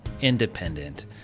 independent